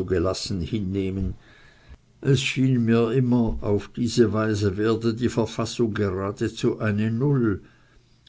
gelassen hinnehmen es schien mir immer auf diese weise werde die verfassung geradezu eine null